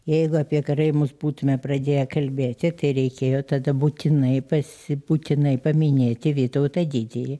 jeigu apie karaimus būtume pradėję kalbėti tai reikėjo tada būtinai pasi būtinai paminėti vytautą didįjį